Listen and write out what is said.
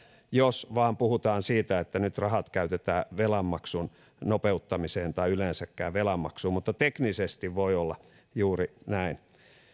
jos vain puhutaan siitä että nyt rahat käytetään velanmaksun nopeuttamiseen tai yleensäkään velanmaksuun mutta teknisesti voi olla juuri näin